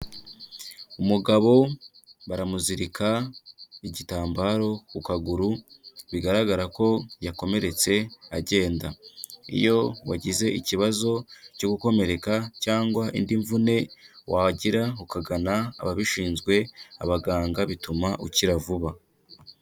Umugabo baramuzirika igitambaro ku kaguru, bigaragara ko yakomeretse ajyenda. Iyo wagize ikibazo cyo gukomereka cyangwa indi mvune wagira, ukagana ababishinzwe, abaganga, bituma ukira vuba.